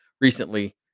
recently